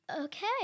Okay